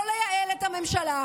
לא לייעל את הממשלה,